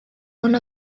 one